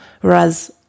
Whereas